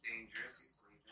dangerous